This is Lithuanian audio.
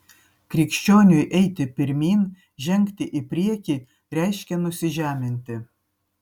krikščioniui eiti pirmyn žengti į priekį reiškia nusižeminti